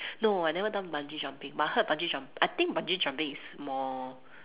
no I never done bungee jumping but I heard bungee jump I think bungee jumping is more